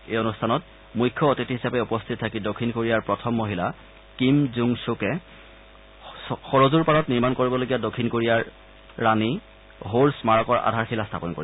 এই অনুষ্ঠানত মুখ্য অতিথি হিচাপে উপস্থিত থাকি দক্ষিণ কোৰিয়াৰ প্ৰথম মহিলা কিম জুং চূকে সৰযুৰ পাৰত নিৰ্মাণ কৰিবলগীয়া দক্ষিণ কোৰিয়াৰ ৰাণী হোৰ স্মাৰকৰ আধাৰশিলা স্থাপন কৰিব